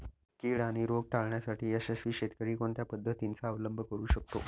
कीड आणि रोग टाळण्यासाठी यशस्वी शेतकरी कोणत्या पद्धतींचा अवलंब करू शकतो?